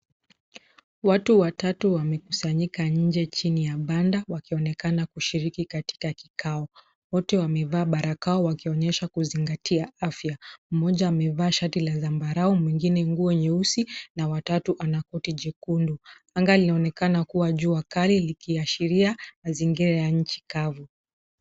Watu watatu wamekusanyika nje, chini ya banda, wakionekana kushiriki katika kikao. Wote wamevaa barakoa, wakionyesha kuzingatia afya. Mmoja amevaa shati la zambarau, mwingine nguo nyeusi, na watatu ana koti jekundu. Anga linaonekana kuwa jua kali, likiashiria mazingira ya nchi kavu.